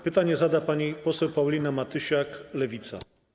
Pytanie zada pani poseł Paulina Matysiak, Lewica.